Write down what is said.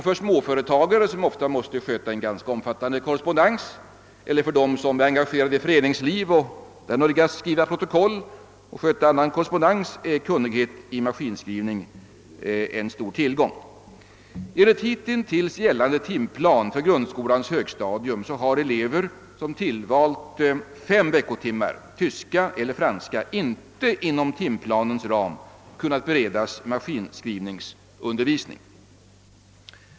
För småföretagare som ofta måste sköta en ganska omfattande korrespondens eller för dem som är engagerade i föreningslivet och då har att skriva protokoll och sköta annan korrespondens är kunnighet i maskinskrivning en stor tillgång. Enligt hittills gällande timplan för grundskolans högstadium har elever som tillvalt fem veckotimmar tyska eller franska inte inom timplanens ram kunnat beredas maskinskrivningsundervisning.